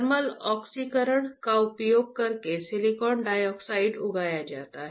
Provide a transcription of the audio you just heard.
thermal ऑक्सीकरण का उपयोग करके सिलिकॉन डाइऑक्साइड उगाया जाता है